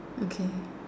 okay